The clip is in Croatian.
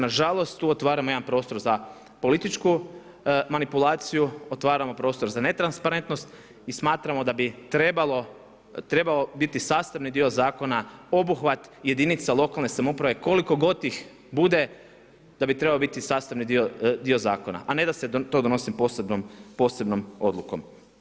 Nažalost tu otvaramo jedan prostor za političku manipulaciju, otvaramo prostor za netransparentnost i smatramo da bi trebao biti sastavni dio zakona obuhvat jedinica lokalne samouprave koliko god ih bude, da bi trebao biti sastavni dio zakona a ne da se to donosi posebnom odlukom.